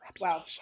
Wow